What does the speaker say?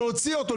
להוציא אותו,